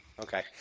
Okay